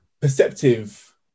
perceptive